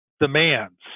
demands